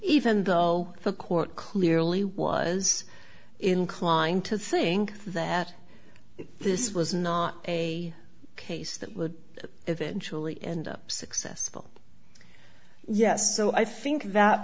even though the court clearly was inclined to think that this was not a case that would eventually end up successful yes so i think that